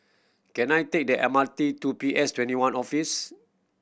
can I take the M R T to P S Twenty one Office